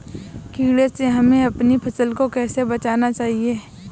कीड़े से हमें अपनी फसल को कैसे बचाना चाहिए?